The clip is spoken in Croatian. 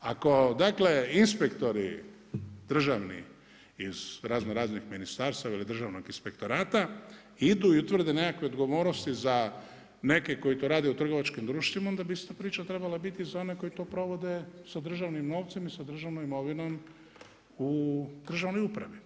Ako dakle, inspektori državni iz razno raznih ministarstava ili Državnog inspektorata idu i utvrde nekakve odgovornosti za neke koji to rade u trgovačkim društvima, onda bi ista priča trebala biti i za one koji to provode sa državnim novcem i sa državnom imovinom u državnoj upravi.